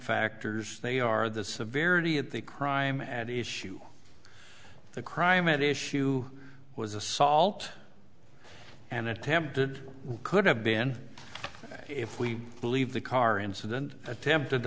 factors they are the severity of the crime at issue the crime at issue was assault and attempted could have been if we believe the car incident attempted